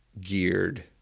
geared